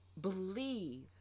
believe